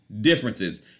differences